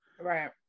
Right